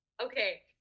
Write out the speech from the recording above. Okay